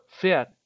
fit